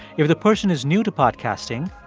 if the person is new to podcasting,